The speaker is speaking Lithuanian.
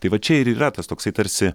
tai va čia ir yra tas toksai tarsi